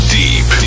deep